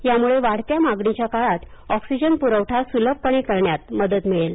यामुळे वाढत्या मागणीच्या काळात ऑक्सीजन पुरवठा सुलभपणे करण्यात मदत मिळेल